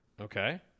Okay